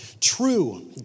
True